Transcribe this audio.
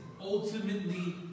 ultimately